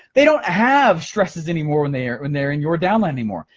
they don't have stresses anymore when they're when they're in your downline anymore.